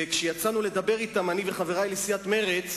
וכשיצאנו לדבר אתם, אני וחברי לסיעת מרצ,